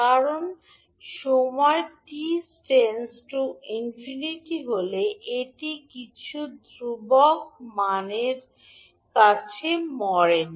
কারণ সময় t →∞ হলে এটি কিছু ধ্রুবক মানের কাছে মরে না